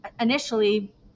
initially